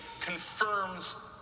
confirms